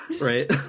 right